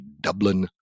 Dublin